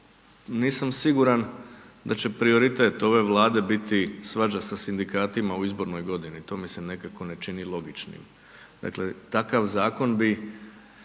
nisam siguran da će prioritet ove Vlade biti svađa sa sindikatima u izbornoj godini. To mi se nekako ne čini logičnim. Dakle, takav zakon bi,